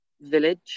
village